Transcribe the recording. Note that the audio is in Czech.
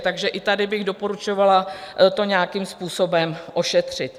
Takže i tady bych doporučovala to nějakým způsobem ošetřit.